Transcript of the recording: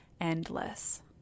endless